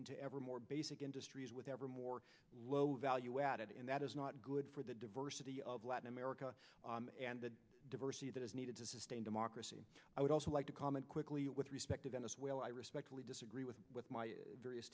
into ever more basic industries with ever more low value added and that is not good for the diversity of latin america and the diversity that is needed to sustain democracy i would also like to comment quickly with respect to venezuela i respectfully disagree with with my